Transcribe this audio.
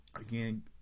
Again